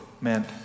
meant